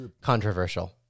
controversial